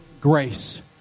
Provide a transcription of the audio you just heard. grace